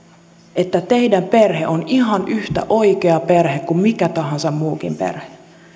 että teidän perhe on ihan yhtä oikea perhe kuin mikä tahansa muukin perhe